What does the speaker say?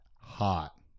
hot